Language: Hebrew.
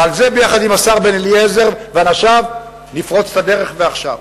ובזה ביחד עם השר בן-אליעזר ואנשיו נפרוץ את הדרך ועכשיו.